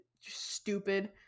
stupid